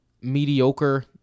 mediocre